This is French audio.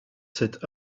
cet